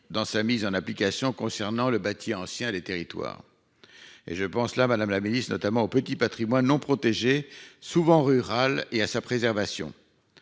dans sa mise en application concernant le bâti ancien les territoires. Et je pense là Madame la Ministre notamment au petit Patrimoine, non protégé souvent. Et à sa préservation.